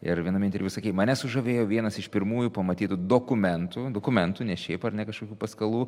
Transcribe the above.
ir viename interviu sakei mane sužavėjo vienas iš pirmųjų pamatytų dokumentų dokumentų ne šiaip ar ne kažkokių paskalų